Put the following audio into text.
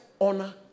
honor